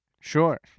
Sure